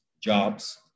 jobs